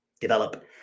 develop